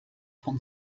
von